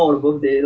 orh